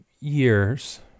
years